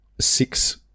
six